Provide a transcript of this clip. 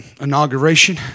inauguration